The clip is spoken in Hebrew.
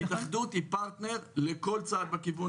ההתאחדות היא פרטנר לכל צעד בכיוון